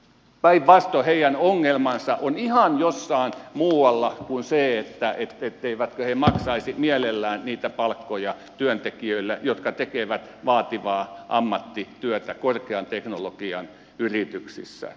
päinvastoin heidän ongelmansa ovat ihan jossain muualla kuin siinä etteivätkö he maksaisi mielellään niitä palkkoja työntekijöille jotka tekevät vaativaa ammattityötä korkean teknologian yrityksissä